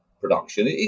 production